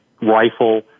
rifle